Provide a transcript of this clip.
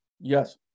Yes